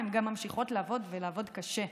הן גם ממשיכות לעבוד ולעבוד קשה,